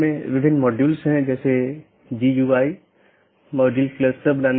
यह एक शब्दावली है या AS पाथ सूची की एक अवधारणा है